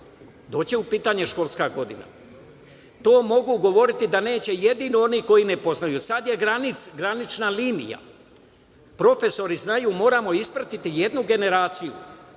će u pitanje školska godina. To mogu govoriti da neće jedino oni koji ne poznaju. Sad je granična linija. Profesori znaju, moramo ispratiti jednu generaciju